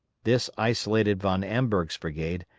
this isolated von amberg's brigade,